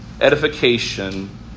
edification